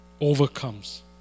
overcomes